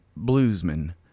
bluesman